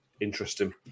interesting